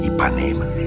Ipanema